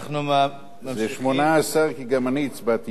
זה 18, כי גם אני הצבעתי בעד מפה.